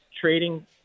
trading